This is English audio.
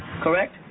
Correct